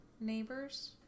neighbors